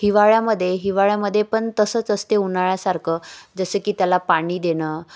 हिवाळ्यामध्ये हिवाळ्यामध्ये पण तसंच असते उन्हाळ्यासारखं जसं की त्याला पाणी देणं